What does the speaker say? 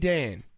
Dan